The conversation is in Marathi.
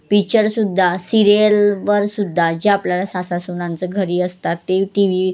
पिच्चरसुद्धा सिरियलवरसुद्धा जे आपल्याला सासू सुनांचं घरी असतात ते टी व्ही